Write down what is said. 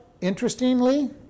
interestingly